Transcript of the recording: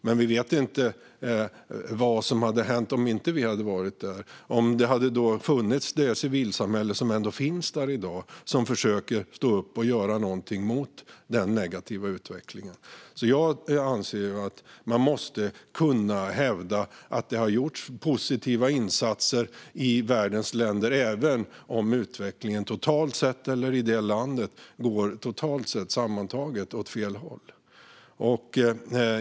Men vi vet inte vad som hade hänt om vi inte hade varit där, om det civilsamhälle hade funnits som ändå finns där i dag och som försöker göra någonting mot den negativa utvecklingen. Jag anser att man måste kunna hävda att det har gjorts positiva insatser i världens länder, även om utvecklingen totalt sett eller i det landet sammantaget går åt fel håll.